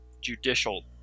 judicial